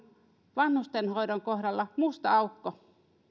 vanhustenhoidon kohdalla musta aukko